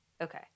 Okay